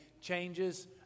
changes